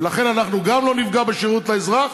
ולכן, אנחנו גם לא נפגע בשירות לאזרח,